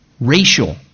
racial